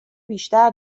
بیشتر